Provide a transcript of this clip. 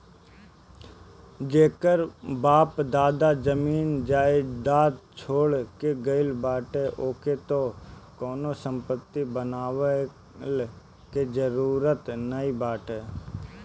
जेकर बाप दादा जमीन जायदाद छोड़ के गईल बाने ओके त कवनो संपत्ति बनवला के जरुरत नाइ बाटे